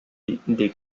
des